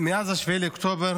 מאז 7 באוקטובר